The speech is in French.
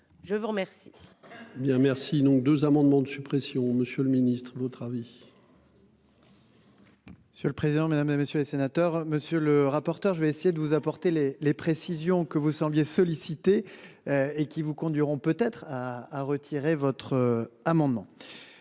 Je vous remercie.